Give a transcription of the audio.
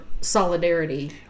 solidarity